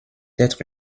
être